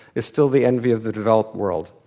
is still the envy of the developed world.